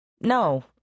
No